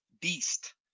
beast